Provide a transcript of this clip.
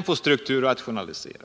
att strukturrationalisera?